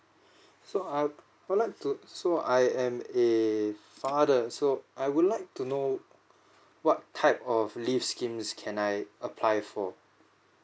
so I I would like to so I am a father so I would like to know what type of leave schemes can I apply for